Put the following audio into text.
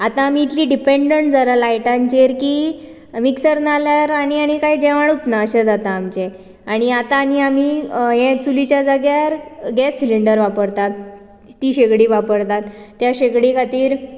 आतां आमी इतलीं डिपेन्डंट जालां लायटाचेर की मिक्सर ना जाल्यार आनी आनी कांय जेवणूच ना अशें जाता आमचें आनी आतां आमी चुलीच्या जाग्यार गॅस सिलिंडर वापरतात ती शेगडी वापरतात त्या शेगडी खातीर